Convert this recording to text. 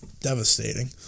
devastating